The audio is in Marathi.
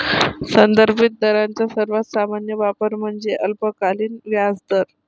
संदर्भित दरांचा सर्वात सामान्य वापर म्हणजे अल्पकालीन व्याजदर